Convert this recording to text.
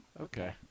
Okay